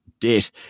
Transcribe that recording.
debt